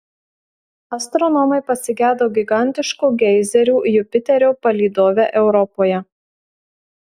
astronomai pasigedo gigantiškų geizerių jupiterio palydove europoje